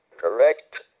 correct